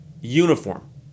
uniform